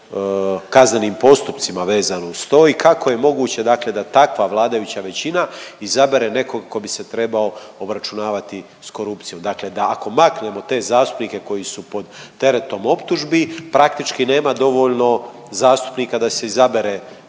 kaznenim postupcima vezano uz to i kako je moguće dakle da takva vladajuća većina izabere nekog ko bi se trebao obračunavati s korupcijom? Dakle da ako maknemo te zastupnike koji su pod teretom optužbi praktički nema dovoljno zastupnika da se izabere